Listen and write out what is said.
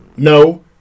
No